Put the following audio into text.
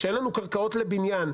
כשאין לנו קרקעות לבניין,